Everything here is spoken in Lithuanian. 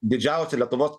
didžiausią lietuvos